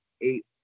Eight